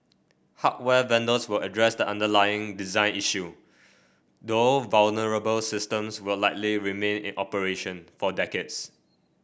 hardware vendors will address the underlying design issue though vulnerable systems will likely remain in operation for decades